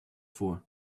for